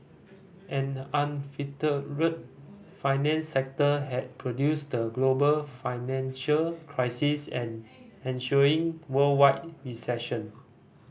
an unfettered financial sector had produced the global financial crisis and ensuing worldwide recession